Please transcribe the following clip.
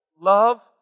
love